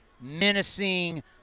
menacing